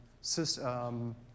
system